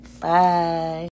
Bye